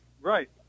Right